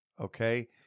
Okay